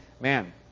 man